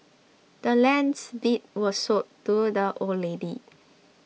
the land's deed was sold to the old lady